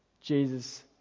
Jesus